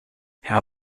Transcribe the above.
herr